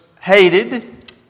hated